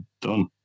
done